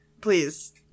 Please